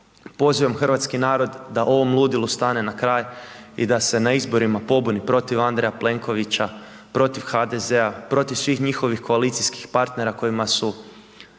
Pozivam hrvatski narod da ovom ludilu stane na kraj i da se na izborima pobuni protiv Andreja Plenkovića, protiv HDZ-a, protiv svih njihovih koalicijskih partnera kojima je